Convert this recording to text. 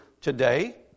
today